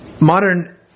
Modern